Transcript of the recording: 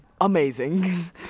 Amazing